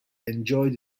enjoyed